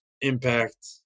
Impact